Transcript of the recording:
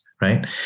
right